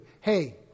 Hey